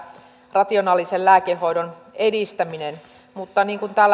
rationaalisen lääkehoidon edistäminen mutta niin kuin täällä